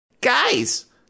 Guys